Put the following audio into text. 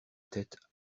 tête